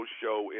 show